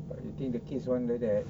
but you think the kids want like that